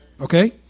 okay